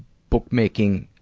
bookmaking,